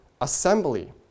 assembly